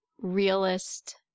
realist